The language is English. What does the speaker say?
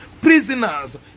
Prisoners